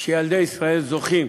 שילדי ישראל זוכים